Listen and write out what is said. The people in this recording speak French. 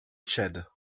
tchad